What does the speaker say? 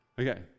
Okay